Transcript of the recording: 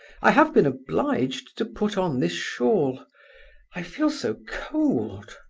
i have been obliged to put on this shawl i feel so cold,